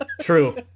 True